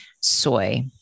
soy